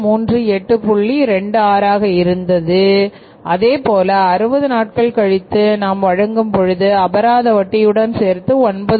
26 ஆக இருந்தது அதே போல 60 நாட்கள் கழித்து நாம் வழங்கும் பொழுது அபராத வட்டியுடன் சேர்த்து 9905